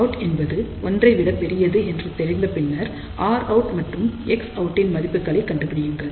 Γout என்பது ஒன்றைவிட பெரியது என்று தெரிந்த பின்னர் Rout மற்றும் Xout ன் மதிப்புகளை கண்டுபிடியுங்கள்